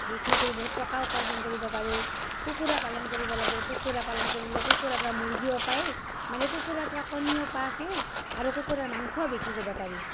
বিক্ৰী কৰি বহুত টকা উপাৰ্জন কৰিব পাৰোঁ কুকুৰা পালন কৰিব লাগে কুকুৰাপালন কৰিলে কুকুৰাৰ পৰা মুৰ্গীও পায় মানে কুকুৰাৰ পৰা কণীও আহে আৰু কুকুৰাৰ মাংস বিক্ৰী কৰবা পাৰি